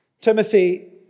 Timothy